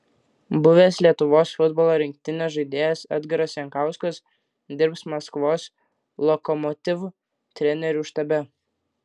buvęs lietuvos futbolo rinktinės žaidėjas edgaras jankauskas dirbs maskvos lokomotiv trenerių štabe